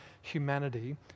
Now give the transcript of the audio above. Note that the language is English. humanity